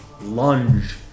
lunge